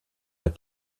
but